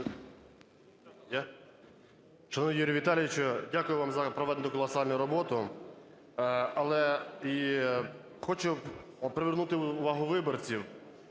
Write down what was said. дякую вам за проведену колосальну роботу. Але і хочу привернути увагу виборців